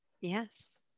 yes